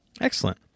Excellent